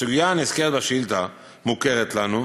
הסוגיה הנזכרת בשאילתה מוכרת לנו,